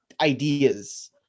ideas